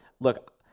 Look